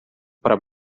para